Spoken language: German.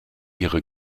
ihre